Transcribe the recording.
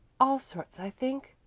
all sorts, i think,